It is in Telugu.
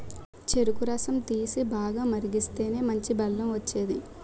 చెరుకు రసం తీసి, బాగా మరిగిస్తేనే మంచి బెల్లం వచ్చేది